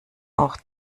auch